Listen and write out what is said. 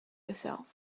herself